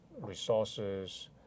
resources